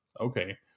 okay